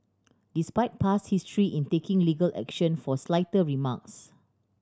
despite past history in taking legal action for slighter remarks